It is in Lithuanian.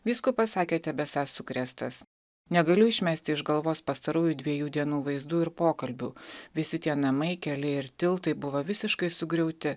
vyskupas sakė tebesąs sukrėstas negaliu išmesti iš galvos pastarųjų dviejų dienų vaizdų ir pokalbių visi tie namai keliai ir tiltai buvo visiškai sugriauti